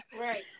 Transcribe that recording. right